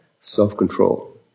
self-control